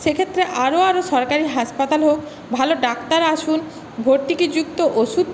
সে ক্ষেত্রে আরও আরও সরকারি হাসপাতাল হোক ভালো ডাক্তার আসুন ভর্তুকিযুক্ত ওষুধ